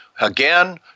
again